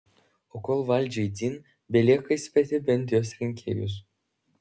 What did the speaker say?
o kol valdžiai dzin belieka įspėti bent jos rinkėjus